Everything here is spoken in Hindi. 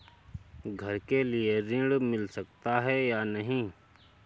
घर के लिए ऋण मिल सकता है या नहीं?